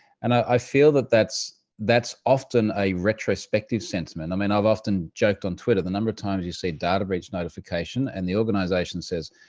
and i feel that that's that's often a retrospective sense. and i mean, i've often joked on twitter, the number of times you see a data breach notification and the organization says,